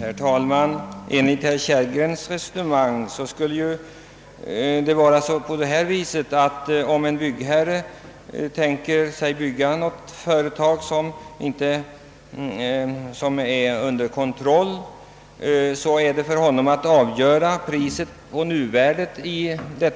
Herr talman! Enligt herr Kellgrens resonemang skall en byggherre jämföra nuvärdet på